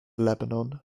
lebanon